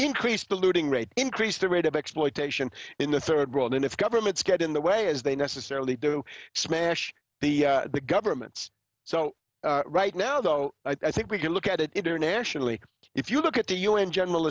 increased the looting rate increase the rate of exploitation in the third world and if governments get in the way as they necessarily do smash the governments so right now though i think we can look at it internationally if you look at the u n general